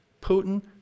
Putin